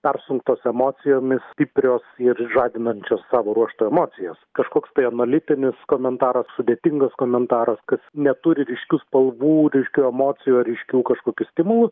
persunktos emocijomis stiprios ir žadinančios savo ruožtu emocijas kažkoks tai analitinis komentaras sudėtingas komentaras kas neturi ryškių spalvų ryškių emocijų ar ryškių kažkokių stimulų